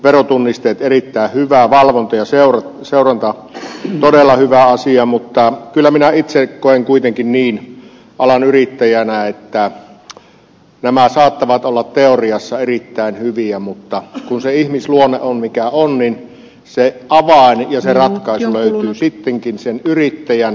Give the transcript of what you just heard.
verotunniste on erittäin hyvä valvonta ja seuranta todella hyvä asia mutta kyllä minä itse alan yrittäjänä koen kuitenkin niin että nämä saattavat olla teoriassa erittäin hyviä mutta kun se ihmisluonne on mikä on niin se avain ja se ratkaisu löytyy sittenkin yrittäjän korvien välistä